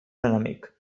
enemic